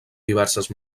diverses